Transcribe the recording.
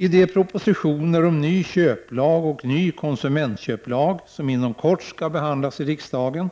I de propositioner om ny köplag och ny konsumentköplag som inom kort skall behandlas i riksdagen